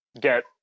get